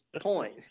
Point